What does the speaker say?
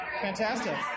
fantastic